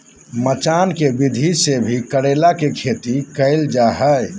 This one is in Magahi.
मचान के विधि से भी करेला के खेती कैल जा हय